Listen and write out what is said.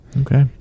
okay